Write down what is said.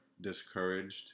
discouraged